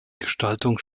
gestaltung